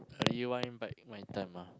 rewind back my time ah